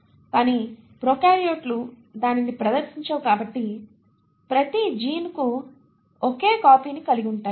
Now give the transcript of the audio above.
కానీ ప్రొకార్యోట్లు దానిని ప్రదర్శించవు కాబట్టి ప్రతి జీన్ కు ఒకే కాపీని కలిగి ఉంటాయి